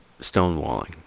stonewalling